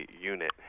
Unit